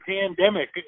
pandemic